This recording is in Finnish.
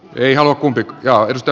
ei halua kumpikaan